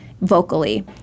vocally